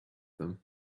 them